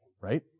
right